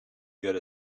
good